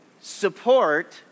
support